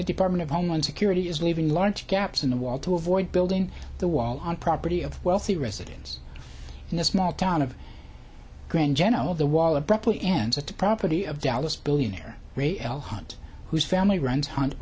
the department of homeland security is leaving large gaps in the wall to avoid building the wall on property of wealthy residents in a small town grand general of the wall abruptly ends at the property of dallas billionaire ray l hunt whose family runs hunt